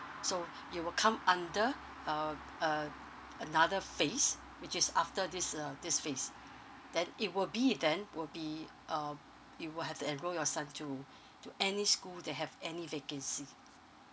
so it will come under uh uh another phase which is after this uh this phase then it will be then will be uh you will have to enroll your son to to any school that have any vacancy